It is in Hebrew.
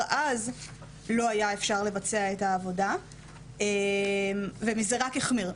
אז לא היה אפשר לבצע את העבודה ומאז זה רק החמיר,